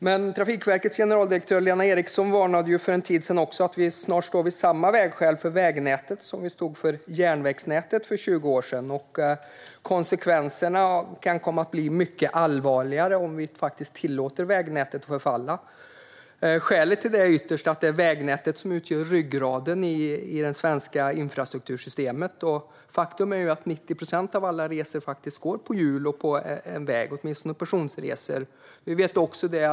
Men Trafikverkets generaldirektör Lena Erixon varnade för en tid sedan för att vi snart står vid samma vägskäl med vägnätet som vi stod inför med järnvägsnätet för 20 år sedan. Och konsekvenserna kan bli mycket allvarligare om vi tillåter att vägnätet får förfalla. Vägnätet utgör ryggraden i det svenska infrastruktursystemet. 90 procent av alla resor, åtminstone personresor, går faktiskt på hjul och på en väg.